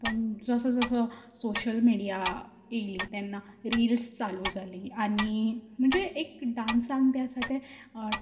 पूण जसो जसो सोशल मिडिया येयली तेन्ना रिल्स चालू जालीं आनी म्हणजे एक डान्सांक त्या ते